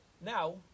Now